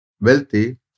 wealthy